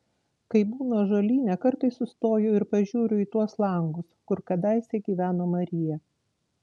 kai būnu ąžuolyne kartais sustoju ir pažiūriu į tuos langus kur kadaise gyveno marija